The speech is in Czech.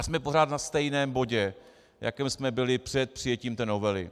Jsme pořád na stejném bodě, na jakém jsme byli před přijetím té novely.